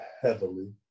heavily